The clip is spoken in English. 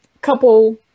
couple